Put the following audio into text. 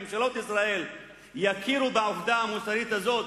ממשלות ישראל יכירו בעובדה המוסרית הזאת